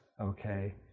okay